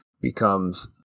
becomes